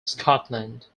scotland